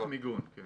רמ"ח מיגון, כן.